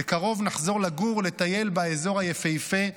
בקרוב נחזור לגור ולטייל באזור היפהפה,